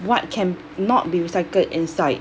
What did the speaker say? what can not be recycled inside